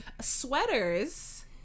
Sweaters